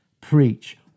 preach